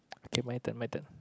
okay my turn my turn